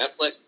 Netflix